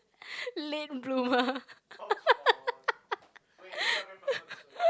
late bloomer